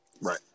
Right